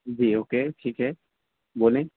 جی okay ٹھیک ہے بولیں